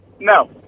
No